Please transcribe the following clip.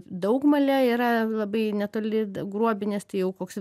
daugmalė yra labai netoli gruobinės tai jau koks